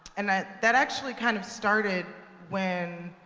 and that actually kind of started when